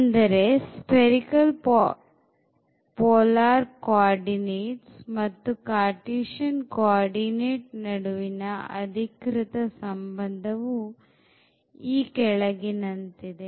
ಅಂದರೆ spherical polar coordinates ಮತ್ತು Cartesian co ordinate ನಡುವಿನ ಅಧಿಕೃತ ಸಂಬಂಧವು ಈ ಕೆಳಗಿನಂತಿದೆ